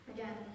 Again